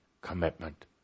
commitment